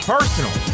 Personal